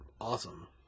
awesome